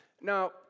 Now